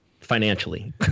financially